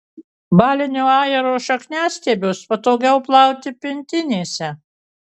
balinio ajero šakniastiebius patogiau plauti pintinėse